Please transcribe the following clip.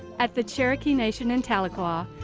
at the cherokee nation in tahlequah,